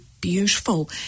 beautiful